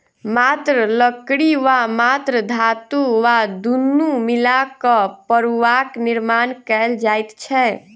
मात्र लकड़ी वा मात्र धातु वा दुनू मिला क फड़ुआक निर्माण कयल जाइत छै